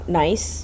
nice